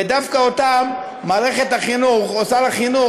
ודווקא אותם מערכת החינוך או שר החינוך